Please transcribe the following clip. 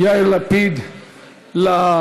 יאיר לפיד לפרוטוקול.